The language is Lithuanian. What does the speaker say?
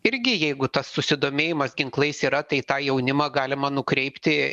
irgi jeigu tas susidomėjimas ginklais yra tai tą jaunimą galima nukreipti